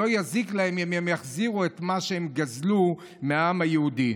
לא יזיק להן אם הן יחזירו את מה שהן גזלו מהעם היהודי.